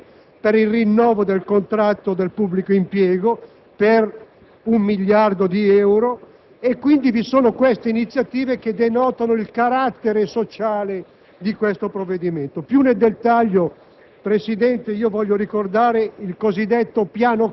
Vi sono inoltre anticipazioni di risorse per il rinnovo del contratto del pubblico impiego per un miliardo di euro. Queste iniziative denotano, quindi, il carattere sociale del provvedimento.